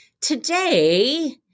Today